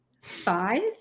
five